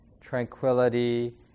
tranquility